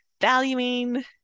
valuing